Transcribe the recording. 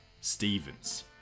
Stevens